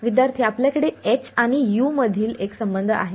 विद्यार्थी आपल्याकडे h आणि u मधील एक संबंध आहे